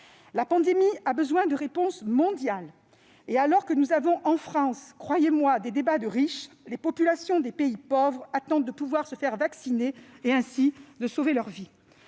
La pandémie nécessite des réponses mondiales. Alors que nous avons en France- croyez-moi ! -des débats de riches, les populations des pays pauvres attendent de pouvoir se faire vacciner et ainsi de sauver leur vie.